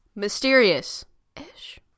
mysterious-ish